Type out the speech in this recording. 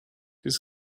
his